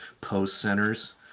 post-centers